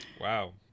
Wow